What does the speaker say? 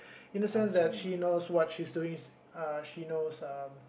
in a sense that she knows what she's doing uh she knows um